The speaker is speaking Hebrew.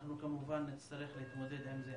אנחנו כמובן נצטרך להתמודד עם זה.